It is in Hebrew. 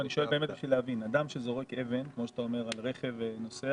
אני שואל בשביל להבין: אדם שזורק אבן על רכב נוסע